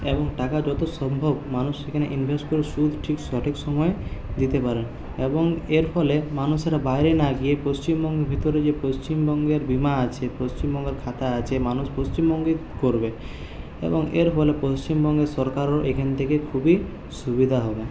এবং টাকা যত সম্ভব মানুষ সেখানে ইনভেস্ট করে সুদ ঠিক সঠিক সময়ে দিতে পারেন এবং এর ফলে মানুষের বাইরে না গিয়ে পশ্চিমবঙ্গের ভিতরে যে পশ্চিমবঙ্গের বীমা আছে পশ্চিমবঙ্গের খাতা আছে মানুষ পশ্চিমবঙ্গে করবে এবং এর ফলে পশ্চিমবঙ্গের সরকারও এখান থেকে খুবই সুবিধা হবে